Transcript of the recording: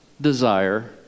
desire